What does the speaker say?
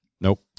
Nope